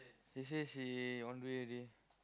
she say she on the way already